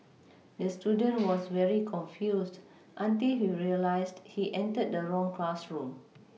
the student was very confused until he realised he entered the wrong classroom